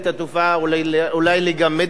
אולי לגמד את התופעה.